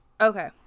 Okay